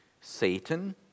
Satan